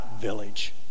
village